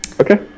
Okay